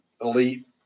elite